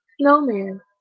snowman